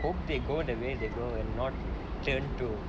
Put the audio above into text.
hope they go the way they grow and not turn to